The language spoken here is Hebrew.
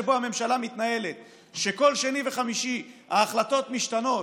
שבו הממשלה מתנהלת כך שכל שני וחמישי ההחלטות משתנות,